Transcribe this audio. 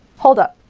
hold up.